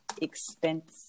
expensive